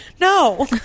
no